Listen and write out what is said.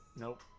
nope